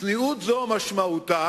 צניעות זו משמעותה